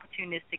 opportunistic